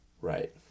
Right